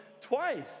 twice